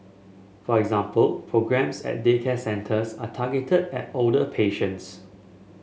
for example programmes at daycare centres are targeted at older patients